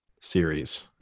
series